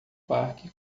parque